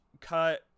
cut